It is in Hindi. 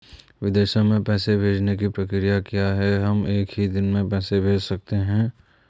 विदेशों में पैसे भेजने की प्रक्रिया क्या है हम एक ही दिन में पैसे भेज सकते हैं?